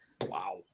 Wow